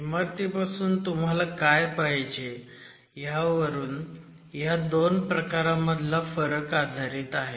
इमारतीपासून तुम्हाला काय पाहिजे ह्यावर ह्या 2 प्रकारामधला फरक आधारित आहे